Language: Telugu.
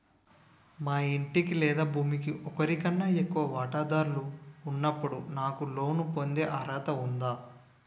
మా ఇంటికి లేదా భూమికి ఒకరికన్నా ఎక్కువ వాటాదారులు ఉన్నప్పుడు నాకు లోన్ పొందే అర్హత ఉందా?